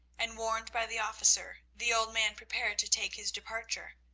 and, warned by the officer, the old man prepared to take his departure.